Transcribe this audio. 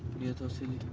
via toselli.